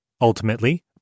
Ultimately